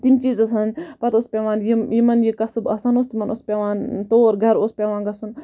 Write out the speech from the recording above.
تِم چیٖز ٲسۍ آسان پَتہٕ اوس پیٚوان یِم یِمَن یہِ قصب آسان اوس تِمَن اوس پیٚوان تور گَرٕ اوس پیٚوان گَژھُن